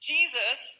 Jesus